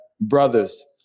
brothers